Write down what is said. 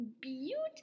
beautiful